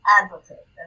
advocate